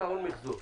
--- מיחזור.